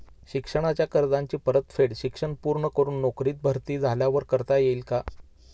शिक्षणाच्या कर्जाची परतफेड शिक्षण पूर्ण करून नोकरीत भरती झाल्यावर करता येईल काय?